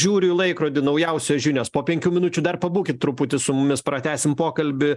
žiūriu į laikrodį naujausios žinios po penkių minučių dar pabūkit truputį su mumis pratęsim pokalbį